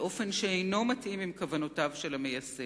באופן שאינו מתאים עם כוונותיו של המייסד.